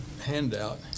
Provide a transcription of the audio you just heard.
handout